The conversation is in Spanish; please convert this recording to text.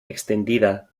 extendida